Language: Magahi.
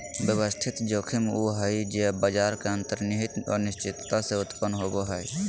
व्यवस्थित जोखिम उ हइ जे बाजार के अंतर्निहित अनिश्चितता से उत्पन्न होवो हइ